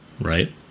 right